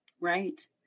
Right